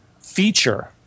feature